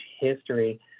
history